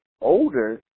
older